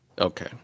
Okay